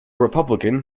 republican